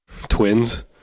Twins